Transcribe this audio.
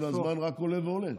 והזמן רק עולה ועולה.